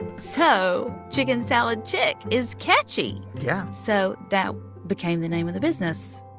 so chicken salad chick is catchy yeah so that became the name of the business.